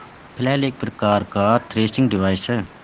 flail एक प्रकार का थ्रेसिंग डिवाइस है